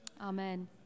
Amen